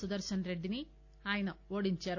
సుదర్పన్రెడ్డిని ఆయన ఓటించారు